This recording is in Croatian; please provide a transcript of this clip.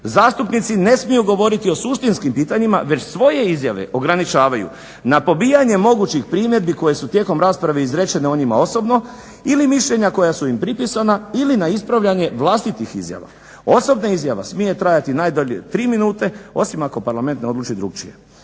Zastupnici ne smiju govoriti o suštinskim pitanjima već svoje izjave ograničavaju na pobijanje mogućih primjedbi koje su tijekom rasprave izrečene o njima osobno ili mišljenja koja su im pripisana ili na ispravljanje vlastitih izjava. Osobna izjava smije trajati najdulje tri minute osim ako parlament ne odluči drukčije".